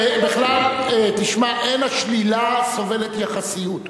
אין השלילה סובלת יחסיות.